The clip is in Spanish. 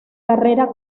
carrera